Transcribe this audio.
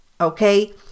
Okay